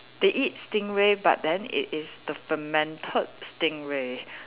they eat stingray but then it is the fermented stingray